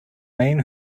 main